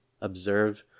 observe